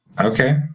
Okay